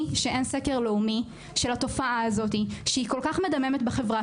שאין סקר לאומי של התופעה הזאתי שהיא כל כך מדממת בחברה